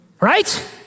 Right